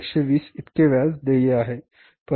1120 इतके व्याज देय आहे